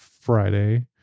Friday